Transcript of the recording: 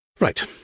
Right